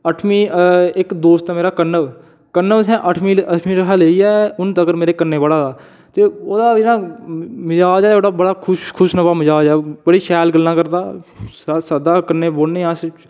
अठमीं इक दोस्त ऐ मेरा कनब कनब इत्थै अट्ठमीं कशा लैइयै हून तगर मेरे कन्ने गै पढ़ा दा ते ओह्दा जेह्ड़ा मजाज ऐ बड़ा खुश खुश नमा मजाज ऐ बड़ियां शैल गल्लां करदा सददा कन्नै बौह्न्ने अस